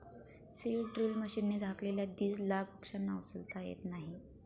seed drill मशीनने झाकलेल्या दीजला पक्ष्यांना उचलता येत नाही